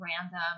random